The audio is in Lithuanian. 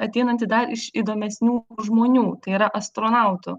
ateinantį iš įdomesnių žmonių tai yra astronautų